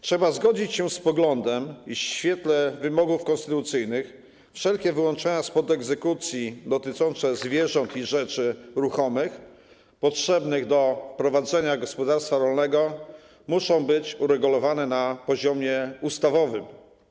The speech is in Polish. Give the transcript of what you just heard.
Trzeba zgodzić się z poglądem, iż w świetle wymogów konstytucyjnych wszelkie wyłączenia spod egzekucji dotyczące zwierząt i rzeczy ruchomych potrzebnych do prowadzenia gospodarstwa rolnego muszą być uregulowane na poziomie ustawowym.